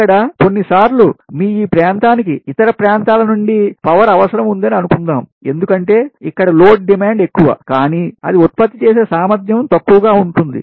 ఇక్కడ కొన్నిసార్లు మీ ఈ ప్రాంతానికి ఇతర ప్రాంతాల నుండి పవర్ అవసరం ఉందని అనుకుందాం ఎందుకంటే ఇక్కడ లోడ్ డిమాండ్ ఎక్కువ కానీ అది ఉత్పత్తి చేసే సామర్థ్యం తక్కువగా ఉంటుంది